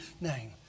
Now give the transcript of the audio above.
name